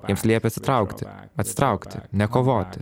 jiems liepė atsitraukti atsitraukti nekovoti